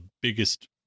biggest